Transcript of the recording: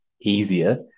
easier